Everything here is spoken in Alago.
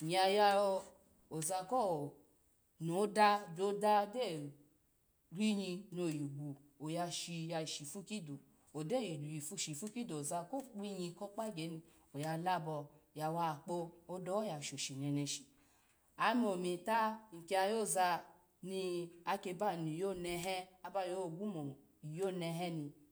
nyya yoza ko noda ni oda gyo kpinyi noyigu oya shi yoshipu kidu ogyo shipufudu oyalabo kozako imyiko kpagya m oyawa yikpo, oda ho yasho shi, ome ometa ny kiya yoza naba niyonehe no ba yogu miyoneheni